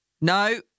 No